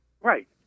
Right